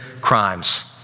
crimes